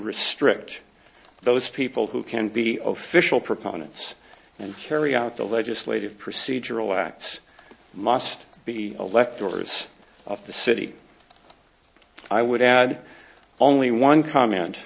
restrict those people who can be of fishel proponents and carry out the legislative procedural acts must be electors of the city i would add only one comment